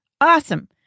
Awesome